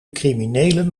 criminelen